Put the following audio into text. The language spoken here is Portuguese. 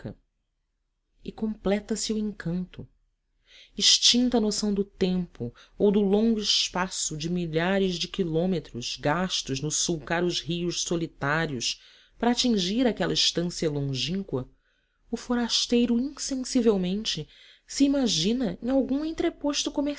e completa-se o encanto extinta a noção do tempo ou do longo espaço de milhares de quilômetros gastos no sulcar os rios solitários para atingir aquela estância longínqua o forasteiro insensivelmente se imagina em algum entreposto